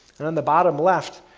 and on the bottom left,